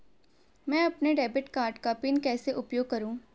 मैं अपने debit card का पिन कैसे उपयोग करूँ?